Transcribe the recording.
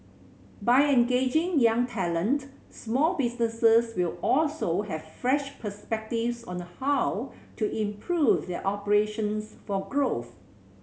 by engaging young talent small businesses will also have fresh perspectives on how to improve their operations for growth